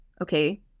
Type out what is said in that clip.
okay